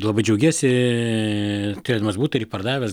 labai džiaugiesi turėdamas butą ir jį pardavęs